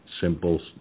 simple